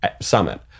summit